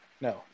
No